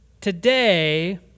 today